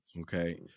okay